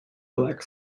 black